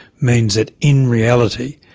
means that in reality,